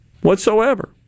whatsoever